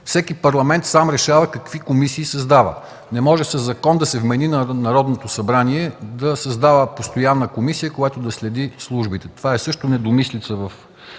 Всеки парламент сам решава какви комисии създава. Не може със закон да се вмени на Народното събрание да създава постоянна комисия, която да следи службите. Това също е недомислица в